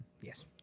Yes